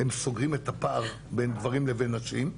סוגרים את הפער בין גברים לבין נשים.